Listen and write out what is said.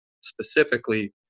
specifically